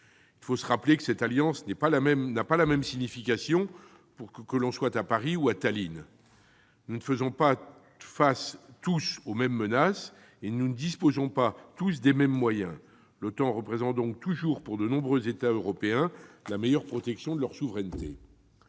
Il faut se rappeler que cette alliance n'a pas la même signification que l'on soit à Paris ou à Tallinn. Nous ne faisons pas tous face aux mêmes menaces et nous ne disposons pas tous des mêmes moyens. L'OTAN représente toujours, pour de nombreux États européens, la meilleure protection de leur souveraineté.